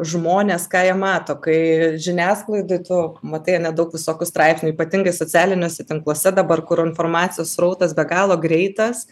žmonės ką jie mato kai žiniasklaidoj tu matai daug visokių straipsnių ypatingai socialiniuose tinkluose dabar kur informacijos srautas be galo greitas